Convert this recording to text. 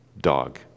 dog